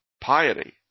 piety